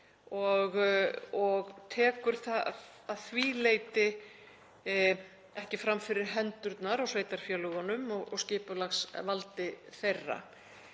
og tekur að því leyti ekki fram fyrir hendurnar á sveitarfélögunum og skipulagsvaldi þeirra.